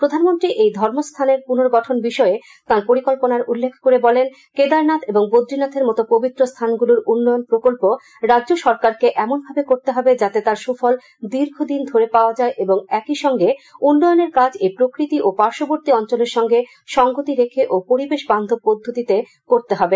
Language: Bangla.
প্রধানমন্ত্রী এই ধর্মস্থানের পুনর্গঠন বিষয়ে তাঁর পরিকল্পনার উল্লেখ করে বলেন কেদারনাথ এবং বদ্রীনাখের মতো পবিত্র স্হানগুলির উন্নয়ন প্রকল্প রাজ্য সরকারকে এমনভাবে করতে হবে যাতে তার সুফল দীর্ঘদিন ধরে পাওয়া যায় এবং একইসঙ্গে উন্নয়নের কাজ এই প্রকৃতি ও পার্শ্ববর্তী অঞ্চলের সঙ্গে সঙ্গতি রেখে ও পরিবেশ বান্ধব পদ্ধতিতে করতে হবে